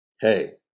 hey